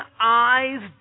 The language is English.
eyes